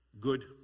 good